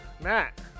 Matt